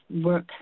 work